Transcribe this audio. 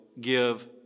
give